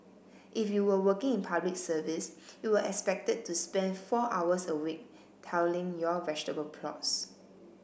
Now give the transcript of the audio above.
if you were working in Public Service you were expected to spend four hours a week tilling your vegetable plots